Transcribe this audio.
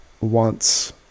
wants